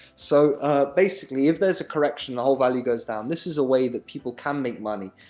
so basically, if there's a correction, the whole value goes down, this is a way that people can make money,